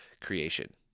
creation